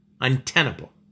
untenable